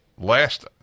Last